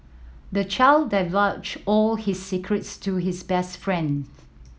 the child divulged all his secrets to his best friend